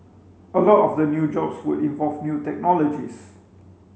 a lot of the new jobs would involve new technologies